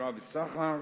מכירה וסחר,